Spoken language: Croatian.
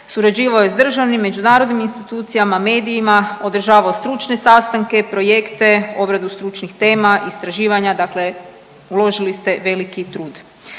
surađivao je s državnim, međunarodnim institucijama, medijima održavao stručne sastanke, projekte, obradu stručnih tema, istraživanja, dakle uložili ste veliki trud.